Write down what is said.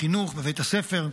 בחינוך, בבית הספר.